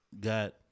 got